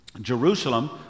Jerusalem